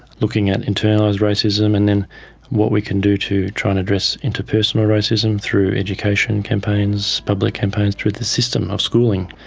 looking at internalised racism, and then what we can do to try and address interpersonal racism through education campaigns, public campaigns, through the system of schooling.